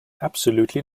absolutely